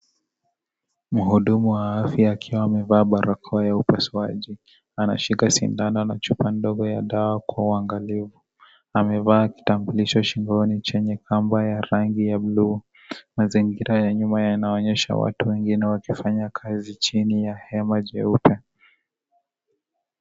Mhudumu wa afya akiwa amevaa balakoa ya upasuaji, anashika sindano na chupa ndogo ya dawa kwa uangalifu. Amevaa kitambulisho shingoni chenye pambo ya rangi ya blue . Mazingira ya nyuma yanaonyesha watu wengine wakifanya kazi ya hema jeupe.